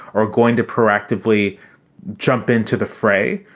are going to proactively jump into the fray.